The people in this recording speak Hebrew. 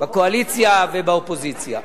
בקואליציה ובאופוזיציה.